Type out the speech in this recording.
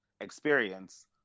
experience